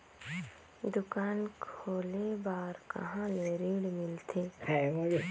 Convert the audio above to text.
दुकान खोले बार कहा ले ऋण मिलथे?